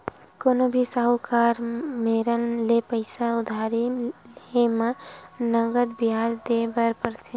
कोनो भी साहूकार मेरन ले पइसा उधारी लेय म नँगत बियाज देय बर परथे